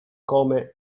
come